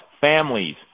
families